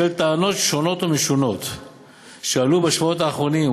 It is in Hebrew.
בשל טענות שונות ומשונות שעלו בשבועות האחרונים,